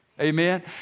Amen